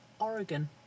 Oregon